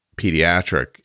pediatric